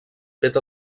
fet